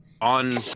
on